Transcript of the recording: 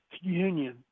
union